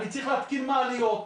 אני צריך להתקין מעליות,